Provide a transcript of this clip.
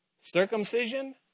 circumcision